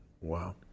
Wow